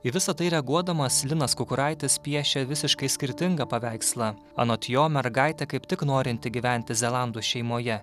į visa tai reaguodamas linas kukuraitis piešia visiškai skirtingą paveikslą anot jo mergaitė kaip tik norinti gyventi zelandų šeimoje